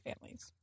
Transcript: families